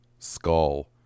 Skull